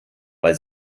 weil